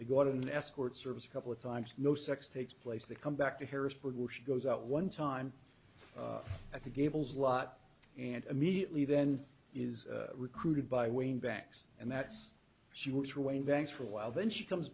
they got an escort service a couple of times no sex takes place they come back to harrisburg will she goes out one time i think gable's lot and immediately then is recruited by wayne banks and that's she was wayne banks for a while then she comes